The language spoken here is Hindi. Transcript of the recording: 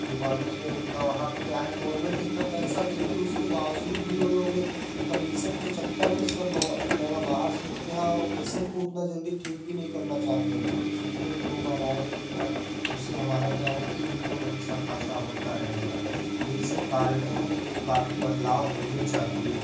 दुकानों से उनका वहाँ क्या है गोवर्मेंट इतना पैसा देती उसके बावजूद भी वो लोग कमीशन के चक्कर में सब बवा दवा बाहर से लिखते हैं और वो पेसेन्ट को उतना जल्दी ठीक भी नहीं करना चाहते है क्योंकि सोचते हैं कि दो बार आएगा तीन बार तो उससे हमारा क्या है कि इनकम अच्छा खासा होता रहेगा यही सब कारण हैं कि जो काफ़ी बदलाव होने चाहिए